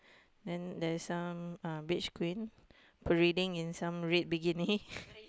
then there's some um beach queen parading in some red bikini